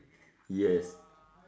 yes